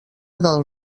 del